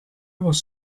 was